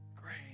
great